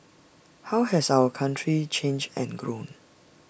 how has our country changed and grown